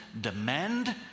demand